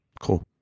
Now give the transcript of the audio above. Cool